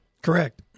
Correct